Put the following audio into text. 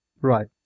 Right